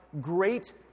great